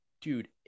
Dude